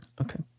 okay